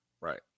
Right